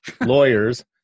lawyers